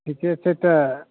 ठिके छै तऽ